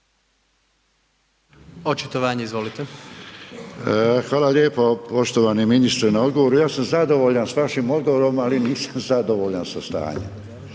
i solidarnosti)** Hvala lijepo, poštovani ministre na odgovoru. Ja sam zadovoljan sa vašim odgovorom ali nisam zadovoljan sa stanjem,